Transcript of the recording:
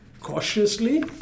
cautiously